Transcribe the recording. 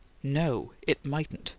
no, it mightn't,